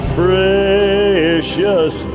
precious